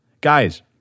Guys